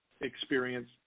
experience